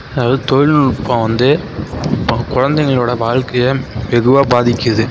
அதாவது தொழில்நுட்பம் வந்து இப்போ குழந்தைங்களோட வாழ்க்கையை வெகுவாக பாதிக்குது